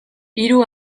hiru